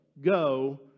go